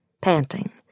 panting